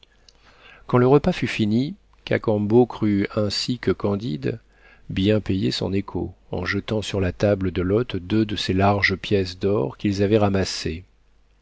quand le repas fut fini cacambo crut ainsi que candide bien payer son écot en jetant sur la table de l'hôte deux de ces larges pièces d'or qu'il avait ramassées